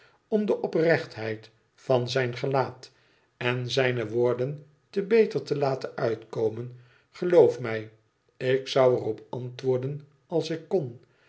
om de oprechtheid van zijn gelaat en zijne woorden te beter te laten uitkomen geloof mij ik zou er op antwoorden als ik kon